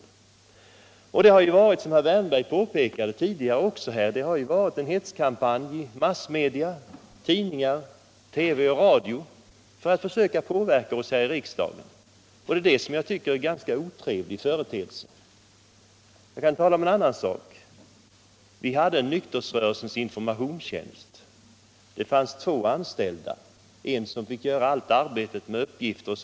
Som också herr Wärnberg påpekade tidigare har det varit en hetskampanj i massmedia — tidningar, TV och radio — för att försöka påverka oss här i riksdagen, och det är det som jag tycker är en otrevlig företeelse. Jag kan tala om en annan sak. Vi hade en nykterhetsrörelsens informationstjänst. Det fanns två anställda, en som fick göra allt arbete med uppgifter etc.